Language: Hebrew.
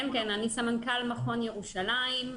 אני סמנכ"ל מכון ירושלים.